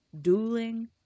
dueling